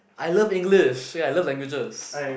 I love English I love languages